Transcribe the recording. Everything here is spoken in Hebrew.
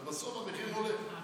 ובסוף המחיר עולה.